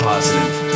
Positive